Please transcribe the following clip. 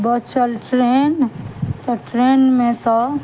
बचल ट्रेन तऽ ट्रेनमे तऽ